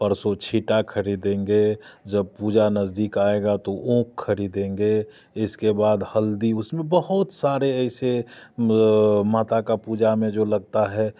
परसों छीटा खरीदेंगे जब पूजा नज़दीक आएगा तो खरीदेंगे इसके बाद हल्दी उसमें बहुत सारे ऐसे माता का पूजा में जो लगता है